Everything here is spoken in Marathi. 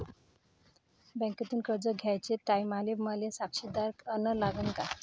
बँकेतून कर्ज घ्याचे टायमाले मले साक्षीदार अन लागन का?